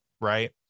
right